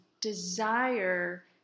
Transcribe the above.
desire